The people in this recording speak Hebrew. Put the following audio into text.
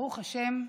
ברוך השם,